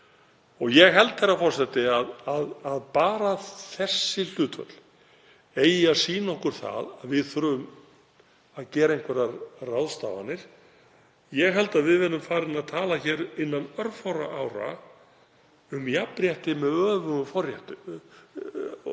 Ég held, herra forseti, að bara þessi hlutföll eigi að sýna okkur að við þurfum að gera einhverjar ráðstafanir. Ég held að við verðum farin að tala hér innan örfárra ára um jafnrétti með öfugum formerkjum